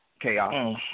Chaos